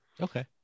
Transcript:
Okay